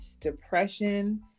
depression